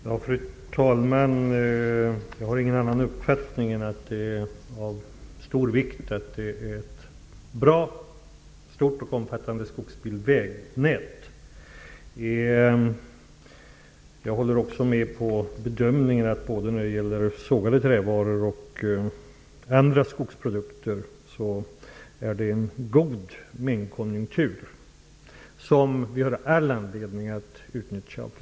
Fru talman! Jag har ingen annan uppfattning än att det är av stor vikt att man har ett bra, stort och omfattande skogsbilvägnät. Jag delar också bedömningen att konjunkturen är god när det gäller både sågade trävaror och andra skogsprodukter. Denna goda konjunktur har vi av flera skäl all anledning att utnyttja.